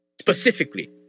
specifically